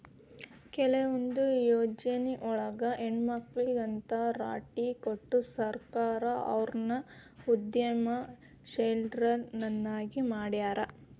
ಕೆಲವೊಂದ್ ಯೊಜ್ನಿಯೊಳಗ ಹೆಣ್ಮಕ್ಳಿಗೆ ಅಂತ್ ರಾಟಿ ಕೊಟ್ಟು ಸರ್ಕಾರ ಅವ್ರನ್ನ ಉದ್ಯಮಶೇಲ್ರನ್ನಾಗಿ ಮಾಡ್ಯಾರ